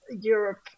Europe